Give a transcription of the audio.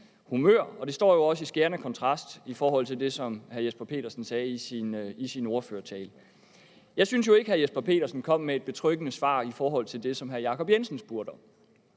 det står jo også i skærende kontrast til det, hr. Jesper Petersen sagde i sin ordførertale. Jeg synes jo ikke, at hr. Jesper Petersen kom med et betryggende svar på det, hr. Jacob Jensen spurgte om,